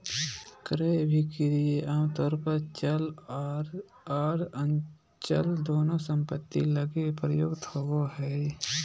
क्रय अभिक्रय आमतौर पर चल आर अचल दोनों सम्पत्ति लगी प्रयुक्त होबो हय